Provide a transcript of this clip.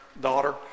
daughter